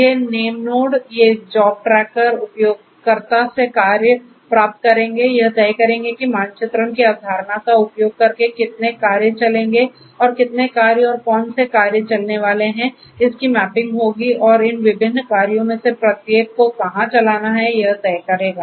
ये नेमनोड ये job tracker उपयोगकर्ता से कार्य प्राप्त करेंगे यह तय करेंगे कि मानचित्रण की अवधारणा का उपयोग करके कितने कार्य चलेंगे और कितने कार्य और कौन से कार्य चलने वाले हैं इसकी मैपिंग होगी और इन विभिन्न कार्यों में से प्रत्येक हो कहां चलना है यह तय करेगा